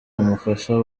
umufasha